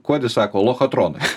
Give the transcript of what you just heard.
kuodis sako lochatronas